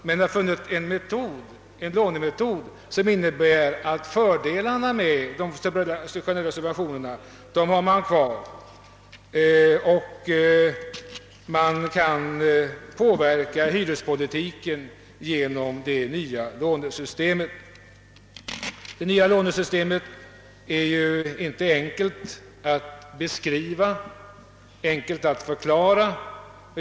Vi har nu funnit ett lånesystem, som medför att fördelarna med de generella subventio nerna blir kvar och med vilket vi kan påverka hyrespolitiken. Detta nya lånesystem är inte lätt att beskriva eller förklara.